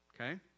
Okay